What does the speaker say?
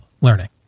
learning